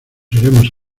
iremos